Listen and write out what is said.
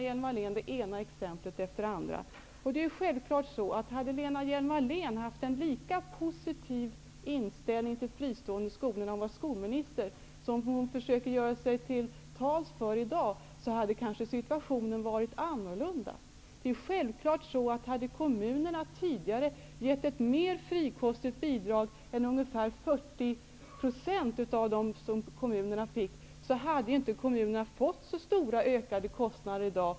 Hade Lena Hjelm-Wallén haft en lika positiv inställning till de fristående skolorna när hon var skolminister som den hon försöker göra gällande i dag, kanske situationen hade varit annorlunda. Om kommunerna tidigare hade gett ett mer frikostigt bidrag än ungefär 40 % av det de kommunala skolorna fick, hade inte kommunerna fått så stora ökade kostnader i dag.